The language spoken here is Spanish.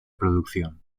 producción